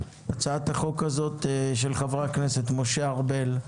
הצעת החוק הזאת היא של חברי הכנסת משה ארבל,